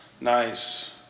Nice